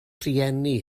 rhieni